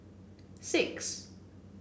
six